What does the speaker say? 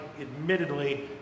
admittedly